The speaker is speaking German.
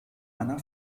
eine